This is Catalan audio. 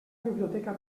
biblioteca